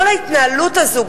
כל ההתנהלות הזו,